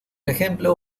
ejemplo